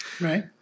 right